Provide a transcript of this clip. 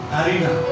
arena